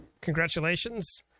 congratulations